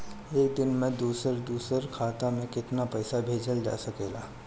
एक दिन में दूसर दूसर खाता में केतना पईसा भेजल जा सेकला?